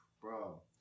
bro